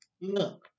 Look